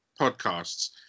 podcasts